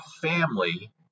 family